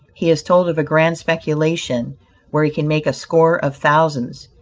he is told of a grand speculation where he can make a score of thousands.